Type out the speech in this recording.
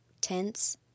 tense